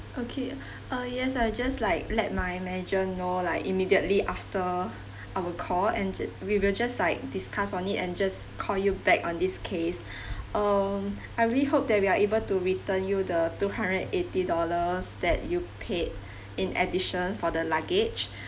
okay uh yes I'll just like let my manager know like immediately after our call and j~ we will just like discuss on it and just call you back on this case um I really hope that we're able to return you the two hundred and eighty dollars that you paid in addition for the luggage